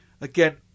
Again